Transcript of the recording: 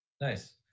Nice